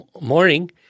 morning